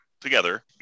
together